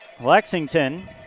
Lexington